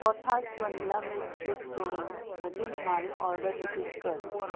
कोथास vanilla milkshake सोडून म्हजी निमाणी ऑर्डर रिपीट कर